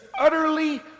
utterly